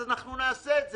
אז נעשה את זה.